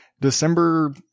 December